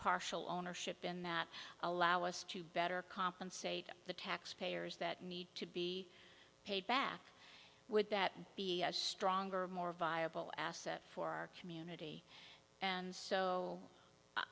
partial ownership and that allow us to better compensate the taxpayers that need to be paid back would that be a stronger more viable asset for our community and so